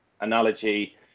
analogy